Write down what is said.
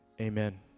amen